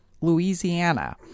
Louisiana